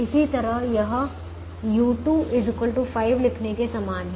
इसी तरह यह u2 5 लिखने के समान है